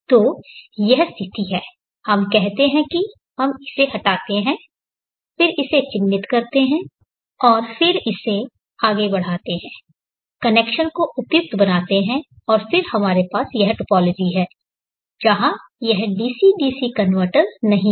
तो यह स्थिति हम कहते हैं कि हम हटाते हैं और फिर इसे चिह्नित करते हैं और फिर इसे आगे बढ़ाते हैं कनेक्शन को उपयुक्त बनाते हैं और फिर हमारे पास यह टोपोलॉजी है जहां यह डीसी डीसी कनवर्टर नहीं है